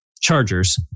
chargers